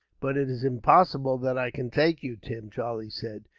but it is impossible that i can take you, tim, charlie said.